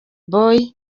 boyz